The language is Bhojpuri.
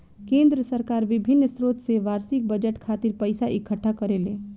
केंद्र सरकार बिभिन्न स्रोत से बार्षिक बजट खातिर पइसा इकट्ठा करेले